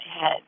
head